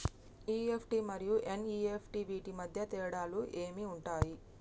EFT మరియు NEFT వీటి మధ్య తేడాలు ఏమి ఉంటాయి?